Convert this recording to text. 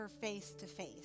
face-to-face